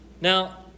Now